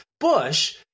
Bush